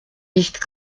nicht